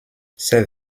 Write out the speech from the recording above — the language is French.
ces